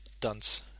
dunce